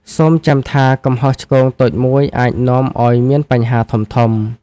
សូមចាំថា កំហុសឆ្គងតូចមួយអាចនាំឱ្យមានបញ្ហាធំៗ។